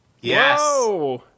Yes